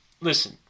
Listen